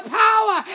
power